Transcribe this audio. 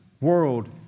world